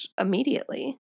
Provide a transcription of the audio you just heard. immediately